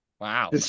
Wow